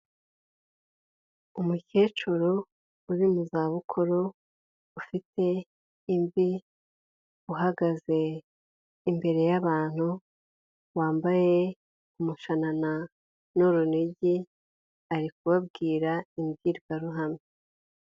Umukecuru uri mu za bukuru, ufite imvi, uhagaze imbere y'abantu, wambaye amashanana n'urunigi, arikubabwira imbwirwaruhame.